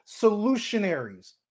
solutionaries